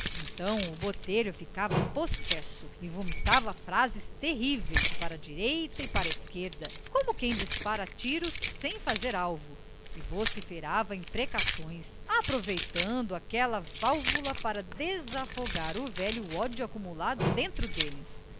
então o botelho ficava possesso e vomitava frases terríveis para a direita e para a esquerda como quem dispara tiros sem fazer alvo e vociferava imprecações aproveitando aquela válvula para desafogar o velho ódio acumulado dentro dele